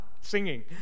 singing